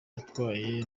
yatwawe